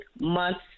months